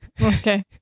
Okay